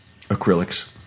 Acrylics